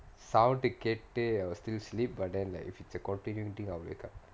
sound டு கேட்டு:du kaetu will still sleep but then like if it's a countinuty thing I'll wake up